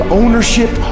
ownership